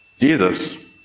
Jesus